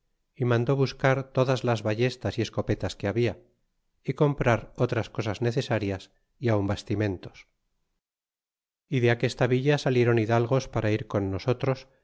y mandó buscar todas las ballestas y escopetas que habia y comprar otras cosas necesarias y aun bastimentos y de aquesta villa saliéron hidalgos para ir con nosotros